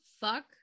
fuck